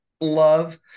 love